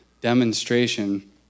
demonstration